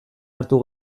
hartu